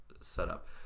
setup